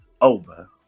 over